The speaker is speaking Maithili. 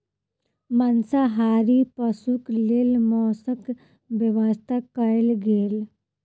मांसाहारी पशुक लेल मौसक व्यवस्था कयल गेल